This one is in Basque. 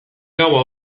gaua